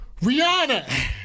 Rihanna